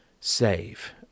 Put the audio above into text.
save